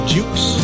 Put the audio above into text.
Jukes